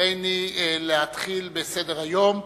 הריני מתחיל בסדר-היום.